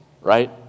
right